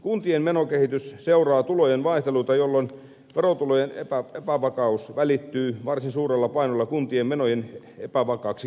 kuntien menokehitys seuraa tulojen vaihteluita jolloin verotulojen epävakaus välittyy varsin suurella painolla kuntien menojen epävakaaksi kehitykseksi